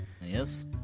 Yes